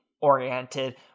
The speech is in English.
oriented